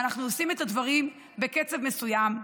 ואנחנו עושים את הדברים בקצב מסוים,